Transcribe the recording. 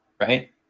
right